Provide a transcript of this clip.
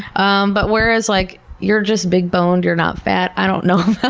um but whereas, like you're just big boned, you're not fat, i don't know ah